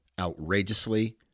outrageously